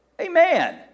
amen